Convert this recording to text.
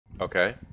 Okay